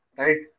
right